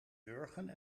wurgen